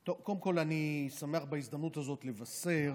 קודם כול, אני שמח בהזדמנות הזאת לבשר,